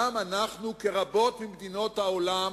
גם אנחנו, כרבות ממדינות העולם,